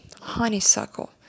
honeysuckle